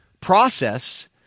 process